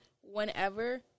whenever